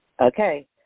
Okay